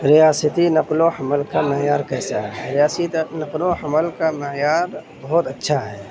ریاستی نقل وحمل کا معیار کیسا ہے ریاستی نقل و حمل کا معیار بہت اچھا ہے